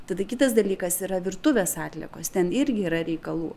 tada kitas dalykas yra virtuvės atliekos ten irgi yra reikalų